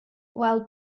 while